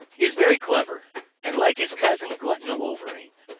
he is very clever and, like his cousin, glutton the wolverine,